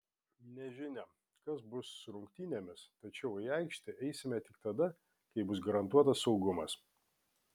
nežinia kas bus su rungtynėmis tačiau į aikštę eisime tik tada kai bus garantuotas saugumas